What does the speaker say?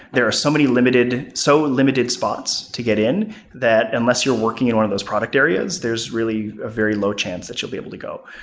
there are so many limited, so limited spots to get in that unless you're working in one of those product areas, there's really a very low change that you'll be able to go.